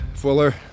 Fuller